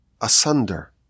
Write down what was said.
asunder